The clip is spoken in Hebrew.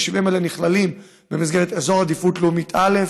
היישובים האלה נכללים במסגרת אזורי עדיפות לאומית א',